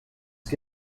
qui